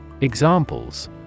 Examples